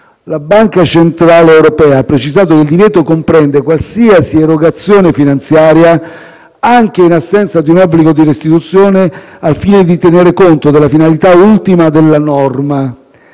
La Banca centrale europea ha precisato che il divieto comprende qualsiasi erogazione finanziaria, anche in assenza di un obbligo di restituzione, al fine di tenere conto della finalità ultima della norma.